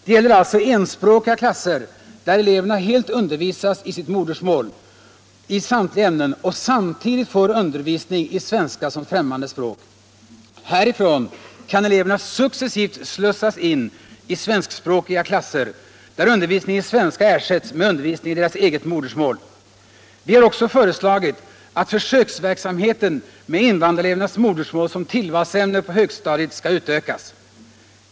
Det gäller alltså enspråkiga klasser, där eleverna helt undervisas på sitt modersmål i samtliga ämnen och samtidigt får undervisning i svenska som främmande språk. Härifrån kan eleverna successivt slussas in i svenskspråkiga klasser, där undervisningen i svenska ersätts med undervisning i deras eget modersmål. Vi har också föreslagit att försöksverksamheten med invandrarelevernas modersmål som tillvalsämne på högstadiet skall utökas.